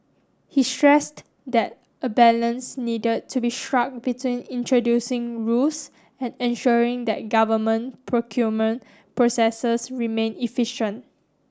he stressed that a balance needed to be struck between introducing rules and ensuring that government procurement processes remain efficient